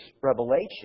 revelation